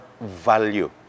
value